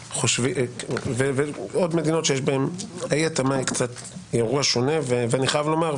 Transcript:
עוד מדינות שאי ההתאמה זה אירוע שונה ואני חייב לומר,